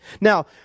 Now